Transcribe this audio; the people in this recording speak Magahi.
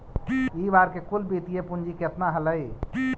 इ बार के कुल वित्तीय पूंजी केतना हलइ?